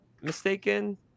mistaken